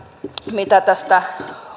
mitä tästä